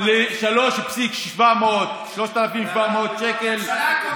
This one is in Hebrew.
ל-3,700 שקלים,